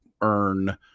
earn